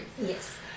Yes